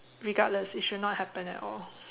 regardless it should not happen at all